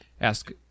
ask